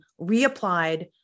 reapplied